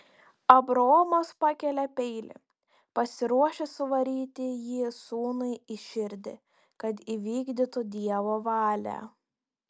abraomas pakelia peilį pasiruošęs suvaryti jį sūnui į širdį kad įvykdytų dievo valią